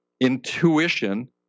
intuition